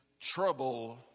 trouble